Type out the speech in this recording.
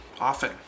Often